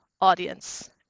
audience